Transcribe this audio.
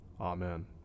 Amen